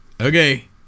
Okay